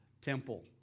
temple